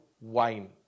wine